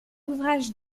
ouvrage